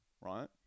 right